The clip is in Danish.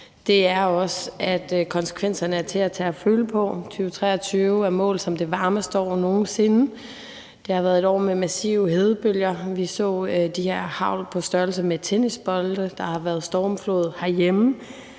COP, også er, at konsekvenserne er til at tage og føle på. 2023 er målt som det varmeste år nogen sinde. Det har været et år med massive hedebølger. Vi så de her hagl på størrelse med tennisbolde. Der har været stormflod herhjemme.